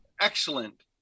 excellent